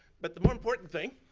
but the more important thing,